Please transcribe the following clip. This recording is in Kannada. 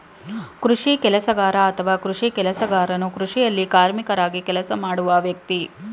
ಕೃಷಿ ಕೆಲಸಗಾರ ಅಥವಾ ಕೃಷಿ ಕೆಲಸಗಾರನು ಕೃಷಿಯಲ್ಲಿ ಕಾರ್ಮಿಕರಾಗಿ ಕೆಲಸ ಮಾಡುವ ವ್ಯಕ್ತಿ